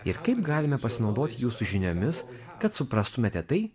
ir kaip galime pasinaudoti jūsų žiniomis kad suprastumėte tai